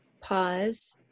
pause